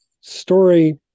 story